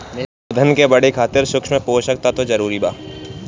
पौधन के बढ़े खातिर सूक्ष्म पोषक तत्व बहुत जरूरी बा